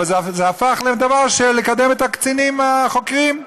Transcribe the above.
אבל זה הפך לדבר של קידום הקצינים החוקרים.